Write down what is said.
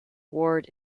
ward